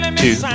two